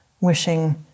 wishing